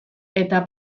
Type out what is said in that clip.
eta